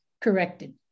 corrected